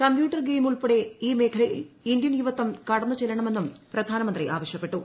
computer game ഉൾപ്പെടുള്ള ഈ മേഖലയിൽ ഇന്ത്യൻ യുവത്വം കടന്നു ചെല്ലണമെന്നും പ്രധാനമന്ത്രി ആവശ്യപ്പെട്ടു